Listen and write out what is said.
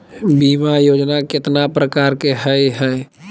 बीमा योजना केतना प्रकार के हई हई?